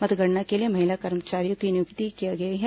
मतगणना के लिए महिला कर्मचारियों को नियुक्त किया गया है